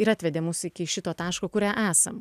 ir atvedė mus iki šito taško kurio esam